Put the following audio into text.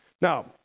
Now